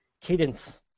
cadence